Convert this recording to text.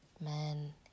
man